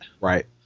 Right